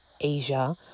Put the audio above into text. Asia